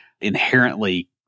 inherently